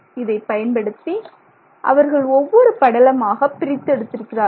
இதைப் பயன்படுத்தி அவர்கள் ஒவ்வொரு படலமாக பிரித்து எடுத்திருக்கிறார்கள்